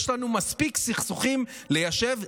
יש לנו מספיק סכסוכים ליישב,